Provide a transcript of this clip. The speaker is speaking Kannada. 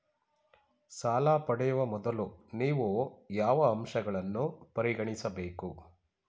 ಸಾಲ ಪಡೆಯುವ ಮೊದಲು ನೀವು ಯಾವ ಅಂಶಗಳನ್ನು ಪರಿಗಣಿಸಬೇಕು?